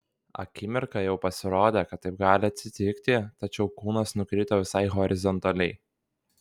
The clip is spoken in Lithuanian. akimirką jau pasirodė kad taip gali atsitikti tačiau kūnas nukrito visai horizontaliai